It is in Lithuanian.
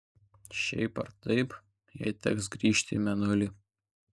šiaip ar taip jai teks grįžti į mėnulį